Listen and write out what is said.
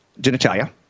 genitalia